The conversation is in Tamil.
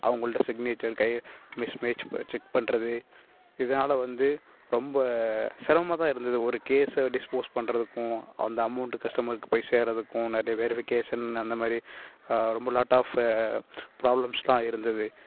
அவங்கள்ட்ட சிக்னேச்சர் கை மிஸ்மேட்ச் செக் பண்ணுறது இதனால வந்து ரொம்ப சிரமமாக தான் இருந்தது ஒரு கேஸை டிஸ்போஸ் பண்ணுறதுக்கும் அந்த அமௌண்ட் கஸ்டமர்க்கு போய் சேருறதுக்கும் நிறைய வெரிஃபிகேஷன் அந்தமாதிரி ரொம்ப லாட் ஆப் ப்ராப்லம்ஸ்லாம் இருந்தது